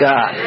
God